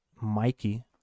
Mikey